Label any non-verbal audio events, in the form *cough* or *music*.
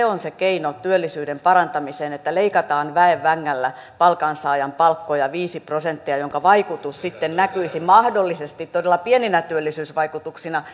*unintelligible* on se keino työllisyyden parantamiseen että leikataan väen vängällä palkansaajan palkkoja viisi prosenttia minkä vaikutus sitten näkyisi mahdollisesti todella pieninä työllisyysvaikutuksina *unintelligible*